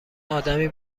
آدمی